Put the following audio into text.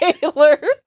Taylor